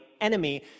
enemy